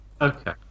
Okay